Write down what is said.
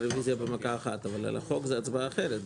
הרוויזיה זה במכה אחת אבל על החוק זה הצבעה אחרת,